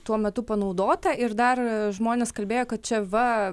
tuo metu panaudota ir dar žmonės kalbėjo kad čia va